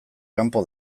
kanpo